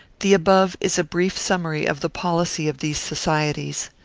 the above is a brief summary of the policy of these societies.